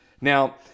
Now